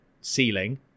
ceiling